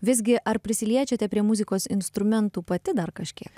visgi ar prisiliečiate prie muzikos instrumentų pati dar kažkiek